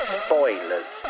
spoilers